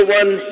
one